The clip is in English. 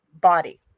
body